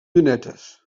llunetes